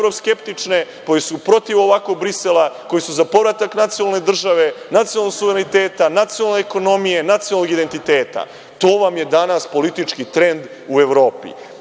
koje su protiv ovakvog Brisela, koje su za povratak nacionalne države, nacionalnog suvereniteta, nacionalne ekonomije, nacionalnog identiteta. To vam je danas politički trend u Evropi.